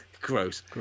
Gross